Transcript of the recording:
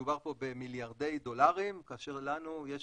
מדובר פה במיליארדי דולרים כאשר לנו יש